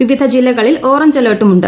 വിവിധ ജില്ലകളിൽ ഓറഞ്ച് അലേർട്ടുമുണ്ട്